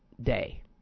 day